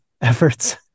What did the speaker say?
efforts